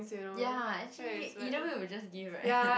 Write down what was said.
ya actually either way will just give right